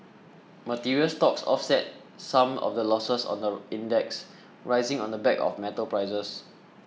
materials stocks offset some of the losses on the index rising on the back of metals prices